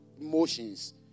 emotions